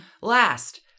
Last